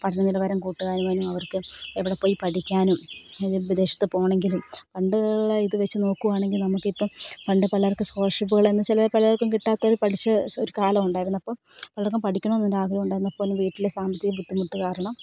പഠന നിലവാരം കൂട്ടുവാനും അവർക്ക് എവിടെപ്പോയി പഠിക്കാനും വിദേശത്ത് പോകണമെങ്കിലും പണ്ടുള്ള ഇതുവച്ച് നോക്കുകയാണെങ്കിൽ നമുക്കിപ്പം പണ്ട് പലർക്ക് സ്കോളർഷിപ്പുകളെന്ന് ചില പലർക്കും കിട്ടാത്തൊരു പഠിച്ച ഒരു കാലം ഉണ്ടായിരുന്നു അപ്പം പലർക്കും പഠിക്കണമെന്നൊരു ആഗ്രഹം ഉണ്ടായിരുന്നു അപ്പോഴൊന്നും വീട്ടിലെ സാമ്പത്തിക ബുദ്ധിമുട്ട് കാരണം